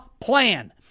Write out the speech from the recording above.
plan